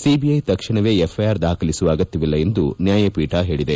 CBI ತಕ್ಷಣವೇ FIR ದಾಖಲಿಸುವ ಅಗತ್ನವಿಲ್ಲ ಎಂದೂ ನ್ಲಾಯಪೀಠ ಹೇಳಿದೆ